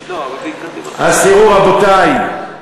אז תראו, רבותי,